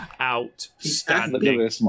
Outstanding